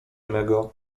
mego